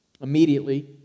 Immediately